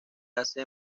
hace